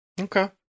Okay